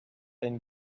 been